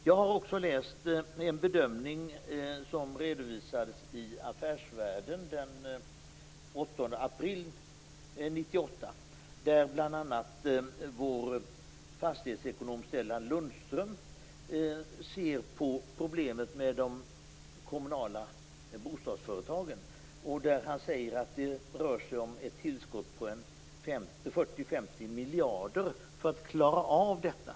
Jag har också läst en bedömning som redovisades i Affärsvärlden den 8 april 1998, där bl.a. fastighetsekonomen Stellan Lundström tar upp problemen med de kommunala bostadsföretagen. Han säger att det rör sig om ett tillskott på 40-50 miljarder för att klara av problemen.